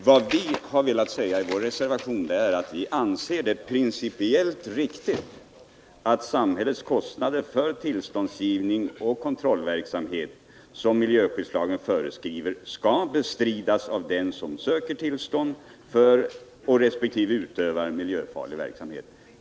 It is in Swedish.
Vad vi har velat säga i vår reservation är att vi anser det principiellt riktigt att samhällets kostnader för den tillståndsgivning och kontrollverksamhet som miljöskyddslagen föreskriver skall bestridas av den som söker tillstånd för resp. utövar miljöfarlig verksamhet.